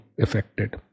affected